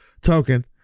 Token